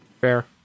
Fair